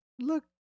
look